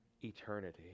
eternity